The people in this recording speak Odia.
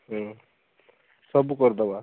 ହଁ ସବୁ କରିଦବା